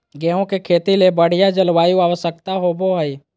गेहूँ के खेती ले बढ़िया जलवायु आवश्यकता होबो हइ